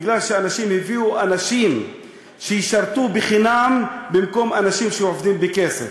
מכיוון שהביאו אנשים שישרתו חינם במקום אנשים שעובדים בכסף,